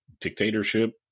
dictatorship